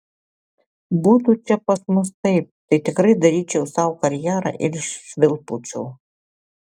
būtų čia pas mus taip tai tikrai daryčiau sau karjerą ir švilpaučiau